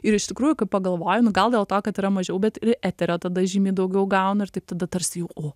ir iš tikrųjų kai pagalvoji nu gal dėl to kad yra mažiau bet ir eterio tada žymiai daugiau gauna ir taip tada tarsi jau o